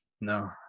no